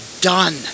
done